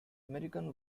american